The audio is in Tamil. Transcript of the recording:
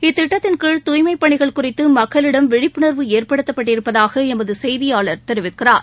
இத்திட்டத்தின் கீழ் தூய்மைப் பனிகள் குறித்து மக்களிடம் விழிப்புணர்வு ஏற்படுத்தப்பட்டிருப்பதாக எமது செய்தியாளர் தெரிவிக்கிறார்